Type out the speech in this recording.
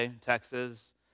Texas